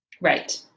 Right